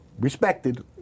respected